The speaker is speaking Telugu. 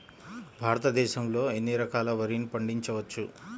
భారతదేశంలో ఎన్ని రకాల వరిని పండించవచ్చు